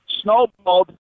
snowballed